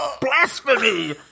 Blasphemy